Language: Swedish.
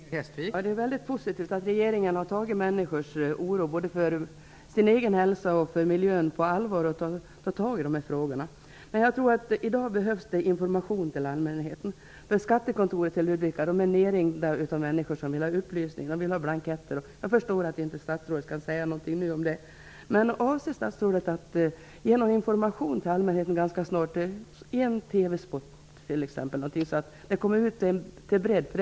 Fru talman! Det är mycket positivt att regeringen har tagit människors oro både för sin egen hälsa och för miljön på allvar och tagit itu med de här frågorna. Men jag tror att det i dag behövs information till allmänheten. Skattekontoret i Ludvika är nerringt av människor som vill ha upplysningar och blanketter. Jag förstår att statsrådet inte kan säga något om detta nu. Men avser statsrådet att ganska snart ge någon information, i TV t.ex., så att det kommer ut till den breda allmänheten?